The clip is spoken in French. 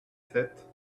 sept